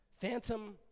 Phantom